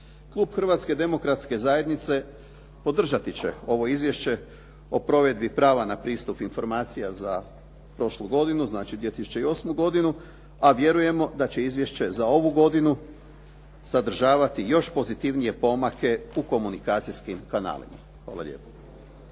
Klub Hrvatske demokratske zajednice podržati će ovo izvješće o provedbi prava na pristup informacijama za prošlu godinu, znači 2008. godinu, a vjerujemo da će izvješće za ovu godinu sadržavati još pozitivnije pomake u komunikacijskim kanalima. Hvala lijepo.